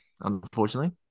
Unfortunately